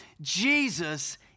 Jesus